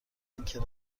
اینکه